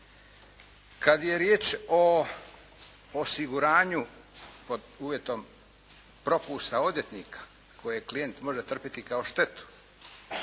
Kad je riječ o osiguranju pod uvjetom propusta odvjetnika kojeg klijent može trpiti kao štetu,